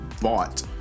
bought